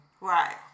Right